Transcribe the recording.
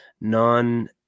non